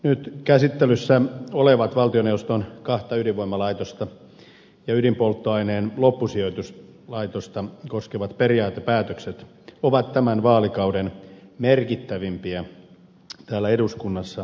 nyt käsittelyssä olevat valtioneuvoston kahta ydinvoimalaitosta ja ydinpolttoaineen loppusijoituslaitosta koskevat periaatepäätökset ovat tämän vaalikauden merkittävimpiä täällä eduskunnassa käsiteltäviä ja päätettäviä asioita